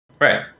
Right